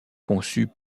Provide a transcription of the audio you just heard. conçue